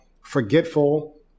forgetful